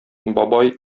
бабай